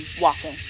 walking